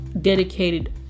dedicated